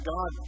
God